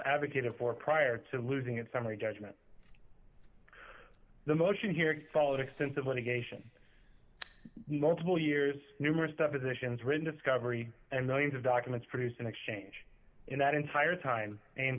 advocated for prior to losing its summary judgment the motion here is followed extensive litigation multiple years numerous depositions written discovery and millions of documents produced in exchange in that entire time and